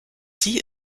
sie